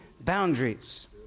boundaries